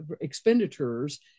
expenditures